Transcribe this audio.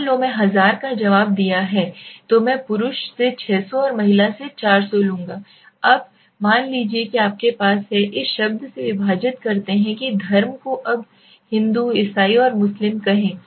मान लो मैं 1000 का जवाब दिया है तो मैं पुरुष से 600 और महिला से 400 लेंगे अब मान लीजिए कि आपके पास है इस शब्द से विभाजित कहते हैं कि धर्म को अब हिंदू ईसाई और मुस्लिम कहें